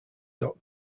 dot